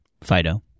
Fido